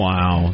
Wow